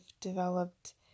developed